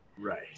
Right